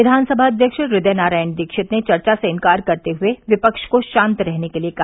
विधानसभा अध्यक्ष हृदय नारायण दीक्षित ने चर्चा से इन्कार करते हुए विपक्ष को शांत रहने के लिये कहा